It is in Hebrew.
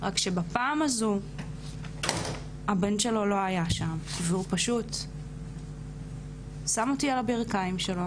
רק שבפעם הזאת הבן שלו לא היה שם והוא פשוט שם אותי על הברכיים שלו